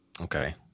Okay